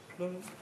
תעלה.